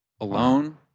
alone